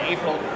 April